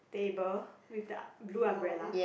table with the blue umbrella